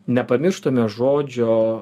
nepamirštume žodžio